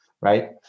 right